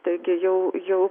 taigi jau jau